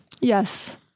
Yes